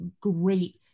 great